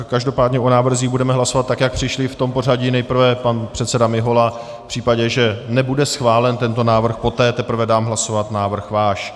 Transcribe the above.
Každopádně o návrzích budeme hlasovat tak, jak přišly, v pořadí nejprve pan předseda Mihola, v případě, že nebude schválen tento návrh, poté teprve dám hlasovat návrh váš.